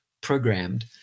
programmed